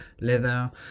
leather